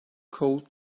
cold